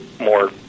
more